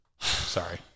Sorry